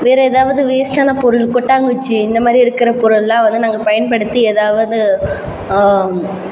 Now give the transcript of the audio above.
வேறே ஏதாவது வேஸ்ட்டான பொருள் கொட்டாங்குச்சி இந்தமாதிரி இருக்கிற பொருள்லாம் வந்து நாங்கள் பயன்படுத்தி ஏதாவது